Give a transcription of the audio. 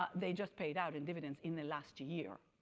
ah they just paid out in dividends in the last year,